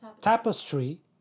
tapestry